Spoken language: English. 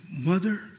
mother